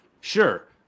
Sure